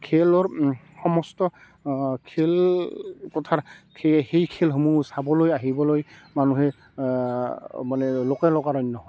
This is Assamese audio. খেলৰ সমস্ত খেলপথাৰ খে সেই খেলসমূহ চাবলৈ আহিবলৈ মানুহে মানে লোকে লোকাৰণ্য হয়